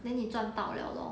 then 你赚到了 lor